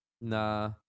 Nah